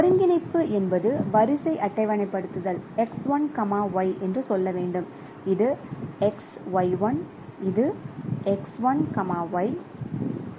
ஒருங்கிணைப்பு என்பது வரிசை அட்டவணைப்படுத்தல் x 1 y என்று சொல்ல வேண்டும் இது x y 1இது x 1 y இது ஒன்று x y 1